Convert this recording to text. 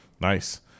Nice